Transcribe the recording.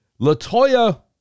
Latoya